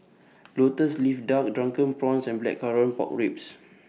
Lotus Leaf Duck Drunken Prawns and Blackcurrant Pork Ribs